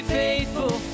faithful